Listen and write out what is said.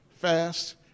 fast